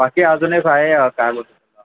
बाकी अजून एक आहे काय बोलतात त्याला